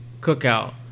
cookout